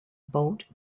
boat